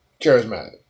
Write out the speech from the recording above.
Charismatic